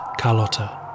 Carlotta